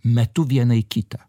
metu vieną į kitą